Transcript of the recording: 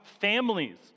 families